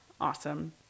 Awesome